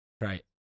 Right